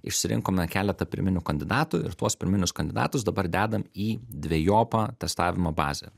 išsirinkome keletą pirminių kandidatų ir tuos pirminius kandidatus dabar dedam į dvejopą testavimo bazę